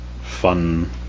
fun